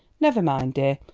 never mind, dear,